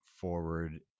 forward